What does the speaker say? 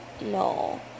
No